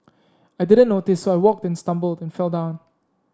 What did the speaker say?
I didn't notice so I walked and stumbled and fell down